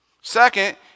Second